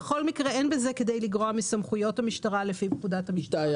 בכל מקרה אין בזה כדי לגרוע מסמכויות המשטרה לפי פקודת המשטרה.